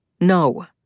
No